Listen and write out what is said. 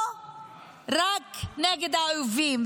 לא רק נגד האויבים,